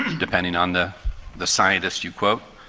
depending on the the scientists you quote,